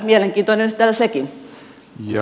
mielenkiintoinen yhtälö sekin